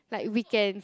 like weekends